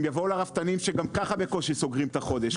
הם יבואו לרפתנים שגם ככה בקושי סוגרים את החודש,